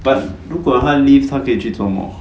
but 如果他 leave 他可以去做什么